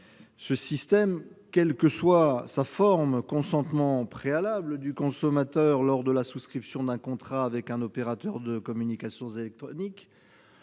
Le système de l', quelle que soit sa forme- consentement préalable du consommateur lors de la souscription d'un contrat avec un opérateur de communications électroniques